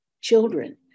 children